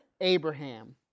Abraham